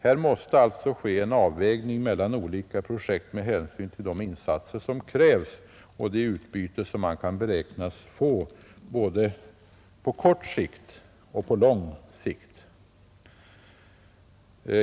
Det måste som sagt göras en avvägning mellan olika projekt med hänsyn till de insatser som krävs och det utbyte man kan räkna med att få av dem både på kort och på lång sikt.